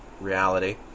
reality